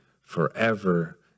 forever